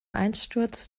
einsturz